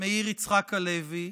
מאיר יצחק הלוי,